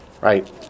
Right